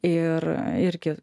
ir irgi